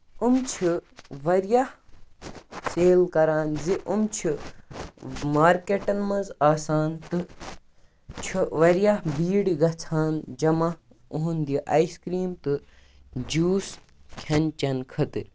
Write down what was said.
یِم چھِ واریاہ سیل کران زِ یِم چھِ مارکیٹن منٛز آسان تہٕ چھِ واریاہ بیٖڈ گژھان جمع یِہُند یہِ اَیِس کریٖم تہٕ جوٗس کھٮ۪ن چین خٲطرٕ